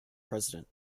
president